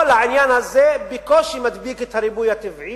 כל העניין הזה בקושי מדביק את הריבוי הטבעי,